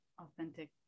authentic